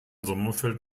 sommerfeld